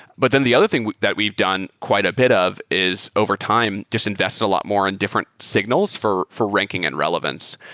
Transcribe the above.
but then the other thing that we've done quite a bit of is overtime just invest a lot more in different signals for for ranking and relevance.